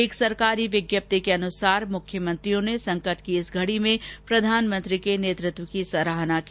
एक सरकारी विज्ञप्ति के अनुसार मुख्यमंत्रियों ने संकट की इस घड़ी में प्रधानमंत्री के नेतृत्व की सराहना की